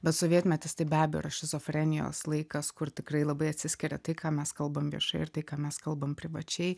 bet sovietmetis tai be abejo yra šizofrenijos laikas kur tikrai labai atsiskiria tai ką mes kalbam viešai ir tai ką mes kalbam privačiai